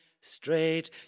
straight